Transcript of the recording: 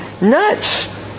nuts